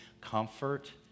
Comfort